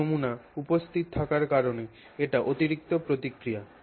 এই নমুনা উপস্থিত থাকার কারণে এটি অতিরিক্ত প্রতিক্রিয়া